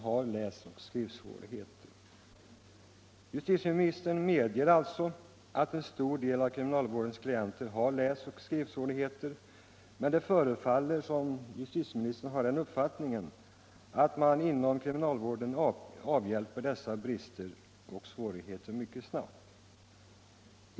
I sitt svar medger justitieministern att en stor del av kriminalvårdens klienter har läsoch skrivsvårigheter. Men det förefaller som om justitieministern har den uppfattningen att man inom kriminalvården avhjälper dessa brister mycket snabbt.